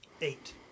Eight